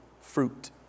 fruit